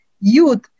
youth